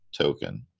token